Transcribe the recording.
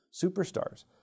Superstars